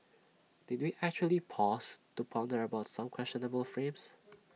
did we actually pause to ponder about some questionable frames